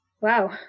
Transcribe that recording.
Wow